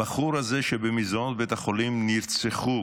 הבחור הזה, כשבמסדרונות בית החולים נרצחו